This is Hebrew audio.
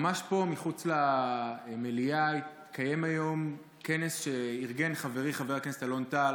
ממש פה מחוץ למליאה התקיים היום כנס שארגן חברי חבר הכנסת אלון טל